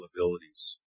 abilities